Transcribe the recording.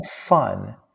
fun